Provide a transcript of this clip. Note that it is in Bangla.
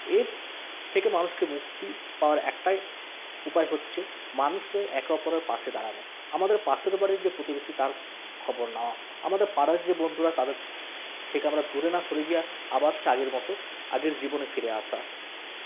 এর থেকে মানুষকে মুক্তি পাওয়ার একটাই উপায় হচ্ছে মানুষের একে অপরের পাশে দাঁড়ানো আমাদের পাশের বাড়ির যে প্রতিবেশী তার খবর নেওয়া আমাদের পাড়ার যে বন্ধুরা তাদের থেকে আমরা দূরে না সরে গিয়ে আবার সেই আগের মত আগের জীবনে ফিরে আসা